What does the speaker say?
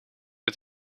het